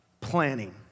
Planning